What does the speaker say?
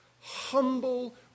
humble